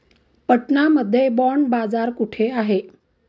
पटना मध्ये बॉंड बाजार कुठे आहे?